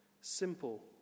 Simple